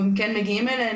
הם כן מגיעים אלינו,